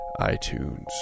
iTunes